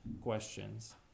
questions